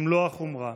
במלוא החומרה.